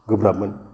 गोब्राबमोन